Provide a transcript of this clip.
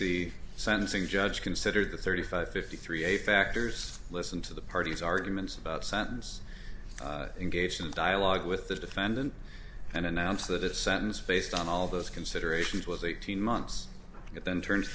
the sentencing judge consider the thirty five fifty three a factors listen to the parties arguments about sentence engage in dialogue with the defendant and announce that a sentence based on all those considerations was eighteen months it then turn